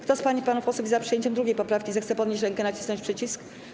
Kto z pań i panów jest za przyjęciem 2. poprawki, zechce podnieść rękę i nacisnąć przycisk.